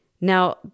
Now